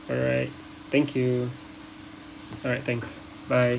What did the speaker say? alright thank you alright thanks bye